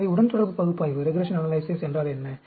எனவே உடன்தொடர்பு பகுப்பாய்வு என்றால் என்ன